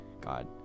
god